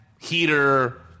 heater